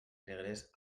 negres